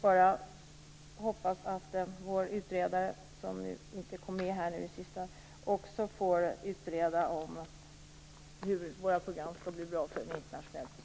Jag hoppas att vår utredare får utreda hur våra program skall bli bra för en internationell publik.